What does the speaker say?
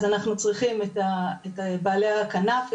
אז אנחנו צריכים את בעלי הכנף,